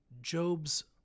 Job's